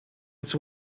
its